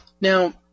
Now